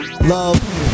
love